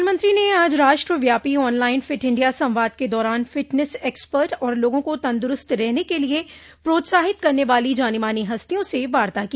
प्रधानमंत्री ने आज राष्ट्रव्यापी ऑनलाइन फिट इंडिया संवाद के दौरान फिटनेस एक्सपर्ट और लोगों को तंदुरूस्त रहने के लिए प्रोत्साहित करने वाली जानी मानी हस्तियों से वार्ता की